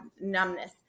numbness